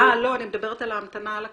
אה, לא, אני מדברת על ההמתנה על הקו.